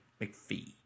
McPhee